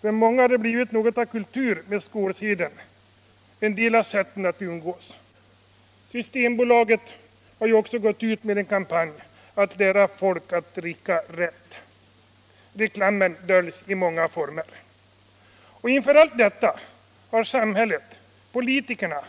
För många har det blivit något av kultur med skålseden, en del av sättet att umgås. Systembolaget har också gått ut med en kampanj för att lära folk ”att dricka rätt” en reklam som döljs i många former. Och inför allt detta har samhället — politikerna